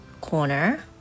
corner